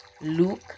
luke